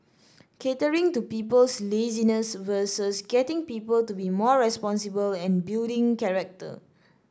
catering to people's laziness versus getting people to be more responsible and building character